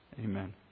Amen